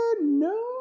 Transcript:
no